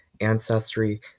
ancestry